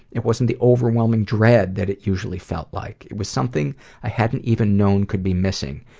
it wasn't the overwhelming dread that it usually felt like. it was something i hadn't even known could be missing,